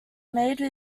made